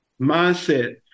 mindset